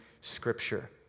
scripture